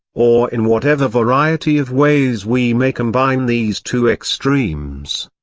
or in whatever variety of ways we may combine these two extremes.